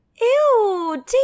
Ew